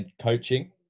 coaching